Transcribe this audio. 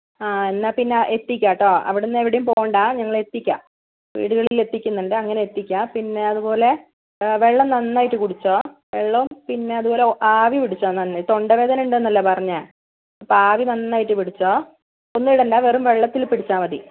ആ എന്നാൽ പിന്നെ എത്തിക്കാം കേട്ടോ അവിടുന്ന് എവിടെയും പോവേണ്ട ഞങ്ങൾ എത്തിക്കാം വീടുകളിൽ എത്തിക്കുന്നുണ്ട് അങ്ങനെ എത്തിക്കാം പിന്നെ അതുപോലെ വെള്ളം നന്നായിട്ട് കുടിച്ചോ വെള്ളവും പിന്നെ അതുപോലെ ആവി പിടിച്ചോ നന്നായിട്ട് തൊണ്ടവേദന ഉണ്ടെന്നല്ലേ പറഞ്ഞത് അപ്പോൾ ആവി നന്നായിട്ട് പിടിച്ചോ ഒന്നും ഇടേണ്ട വെറും വെള്ളത്തിൽ പിടിച്ചാൽ മതി